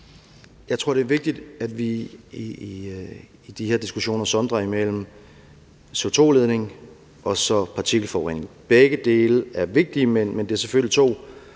Jeg tror, det er vigtigt, at vi i de her situationer sondrer mellem CO2-udledning og partikelforurening. Begge dele er vigtige, men det er selvfølgelig to